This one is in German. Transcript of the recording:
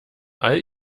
all